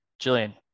Jillian